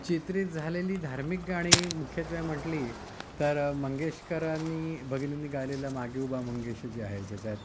चित्रित झालेली धार्मिक गाणी मुख्यत्वे म्हटली तर मंगेशकरांनी भगिनीं गायलेलं मागे उभा मंगेश जे आहे ज्याच्यात